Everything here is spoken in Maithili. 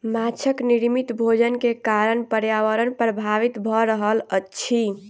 माँछक निर्मित भोजन के कारण पर्यावरण प्रभावित भ रहल अछि